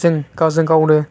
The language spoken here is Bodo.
जों गावजों गावनो